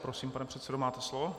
Prosím, pane předsedo, máte slovo.